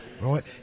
Right